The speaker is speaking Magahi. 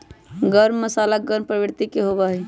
गर्म मसाला गर्म प्रवृत्ति के होबा हई